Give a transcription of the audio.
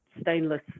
stainless